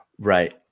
Right